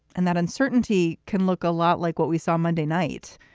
and that uncertainty can look a lot like what we saw monday night.